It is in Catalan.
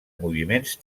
moviments